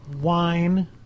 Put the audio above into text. Wine